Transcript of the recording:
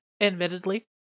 admittedly